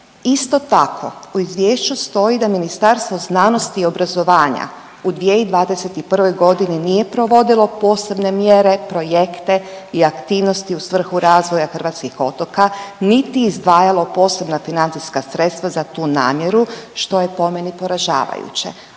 Isto tako u izvješću stoji da Ministarstvo znanosti i obrazovanja u 2021. godini nije provodilo posebne mjere, projekte i aktivnosti u svrhu razvoja hrvatskih otoka niti izdvajalo posebna financijska sredstva za tu namjeru što je po meni poražavajuće.